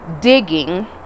digging